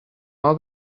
all